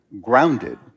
grounded